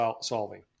solving